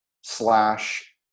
slash